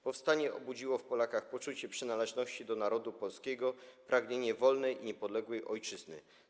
Powstanie obudziło w Polakach poczucie przynależności do narodu polskiego, pragnienie wolnej i niepodległej ojczyzny.